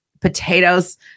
potatoes